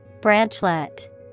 Branchlet